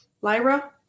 Lyra